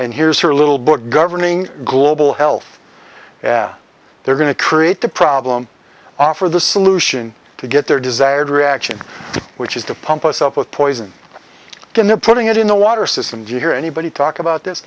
and here's her little book governing global health they're going to create the problem offer the solution to get their desired reaction which is the pump us up with poison in the putting it in the water system do you hear anybody talk about this